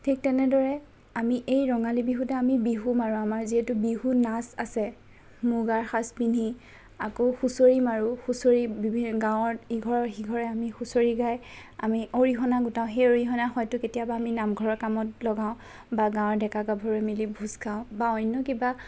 ঠিক তেনেদৰে আমি এই ৰঙালী বিহুতে আমি বিহু মাৰোঁ আমাৰ যিহেতু বিহু নাচ আছে মূগাৰ সাজ পিন্ধি আকৌ হুঁচৰি মাৰোঁ হুঁচৰি বিভি গাঁৱৰ ইঘৰে সিঘৰে আমি হুঁচৰি গাই আমি অৰিহণা গোটাওঁ এই অৰিহণা হয়তো কেতিয়াবা আমি নামঘৰৰ কামত লগাওঁ বা গাঁৱৰ ডেকা গাভৰুৱে মিলি ভোজ খাওঁ বা অন্য কিবা